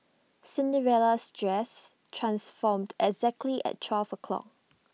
Cinderella's dress transformed exactly at twelve o'clock